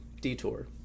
detour